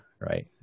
right